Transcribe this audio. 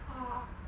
ah